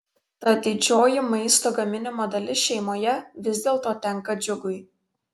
tad didžioji maisto gaminimo dalis šeimoje vis dėlto tenka džiugui